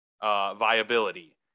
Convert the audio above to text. viability